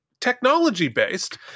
technology-based